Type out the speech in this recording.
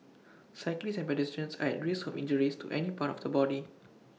cyclists and pedestrians are at risk of injuries to any part of the body